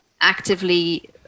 actively